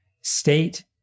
state